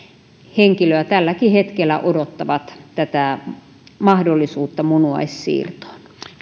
henkilöä tälläkin hetkellä odottavat tätä mahdollisuutta munuaissiirtoon